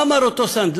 מה אמר אותו סנדלר